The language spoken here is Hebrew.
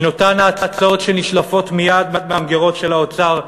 עם אותן ההצעות שנשלפות מייד מהמגירות של האוצר?